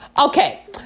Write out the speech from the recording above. Okay